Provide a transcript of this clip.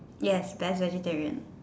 yes that's vegetarian